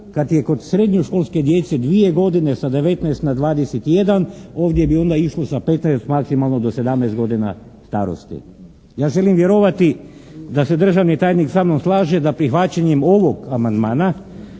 kad je kod srednjoškolske godine dvije godine sa 19 na 21 ovdje bi onda išlo sa 15 maksimalno do 17 godina starosti. Ja želim vjerovati da se državni tajnik sa mnom slaže da prihvaćanjem ovog amandmana